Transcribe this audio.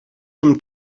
some